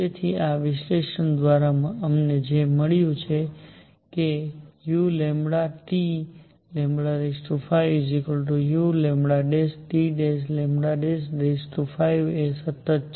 તેથી આ વિશ્લેષણ દ્વારા અમને જે મળ્યું છે કે u5uλT' 5 એ સતત છે